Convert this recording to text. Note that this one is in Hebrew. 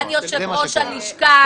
גם הציונים של העוברים.